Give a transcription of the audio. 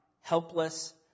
helpless